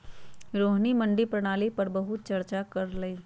रोहिणी मंडी प्रणाली पर बहुत चर्चा कर लई